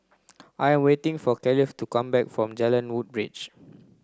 I waiting for Kaleigh to come back from Jalan Woodbridge